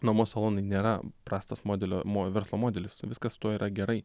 nuomos salonai nėra prastas modelio verslo modelis viskas su tuo yra gerai